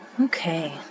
Okay